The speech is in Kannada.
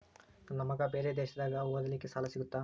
ನನ್ನ ಮಗ ಬೇರೆ ದೇಶದಾಗ ಓದಲಿಕ್ಕೆ ಸಾಲ ಸಿಗುತ್ತಾ?